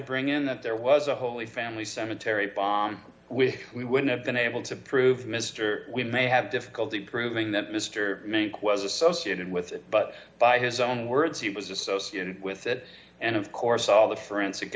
bring in that there was a holy family cemetery bomb which we would have been able to prove mr we may have difficulty proving that mr meek was associated with it but by his own words he was associated with it and of course all the forensic